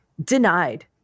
Denied